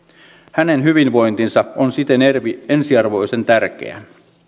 hänen hyvinvointinsa on siten ensiarvoisen tärkeää